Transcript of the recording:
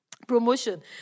Promotion